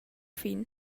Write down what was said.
fin